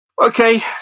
Okay